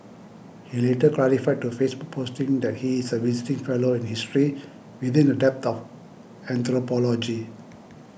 he later clarified to a Facebook posting that he is a visiting fellow in history within the dept of anthropology